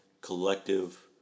collective